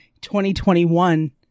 2021